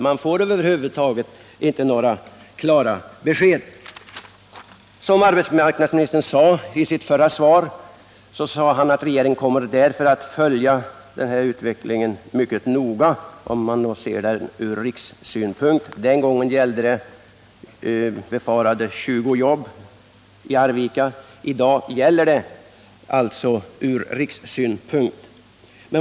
Man får över huvud taget inte några klara besked. Arbetsmarknadsministern sade i sitt svar den 28 november 1978 att regeringen kommer att följa utvecklingen mycket noga och att frågan är av stor vikt om man ser den från rikssynpunkt. Den gången gällde det 20 jobb som man befarade skulle läggas ner i Arvika. I dag kan man verkligen se frågan från rikssynpunkt.